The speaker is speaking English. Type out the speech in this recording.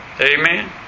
Amen